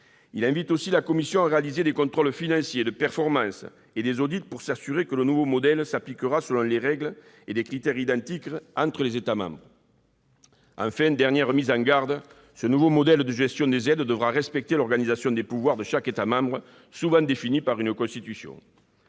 Il invite aussi la Commission européenne à réaliser des contrôles financiers et de performance et des audits pour s'assurer que le nouveau modèle s'appliquera selon des règles et critères identiques dans tous les États membres. Enfin, dernière mise en garde : ce nouveau modèle de gestion des aides devra respecter l'organisation des pouvoirs de chaque État membre, souvent définie par une constitution.